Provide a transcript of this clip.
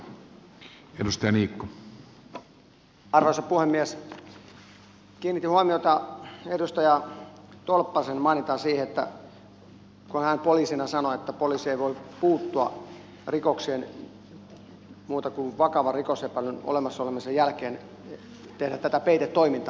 kiinnitin huomiota edustaja tolvasen mainintaan siitä kun hän poliisina sanoo että poliisi ei voi puuttua rikokseen muuten kuin vakavan rikosepäilyn olemassa olemisen jälkeen tehdä tätä peitetoimintaa